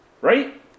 right